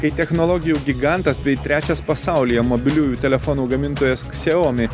kai technologijų gigantas bei trečias pasaulyje mobiliųjų telefonų gamintojas xiaomi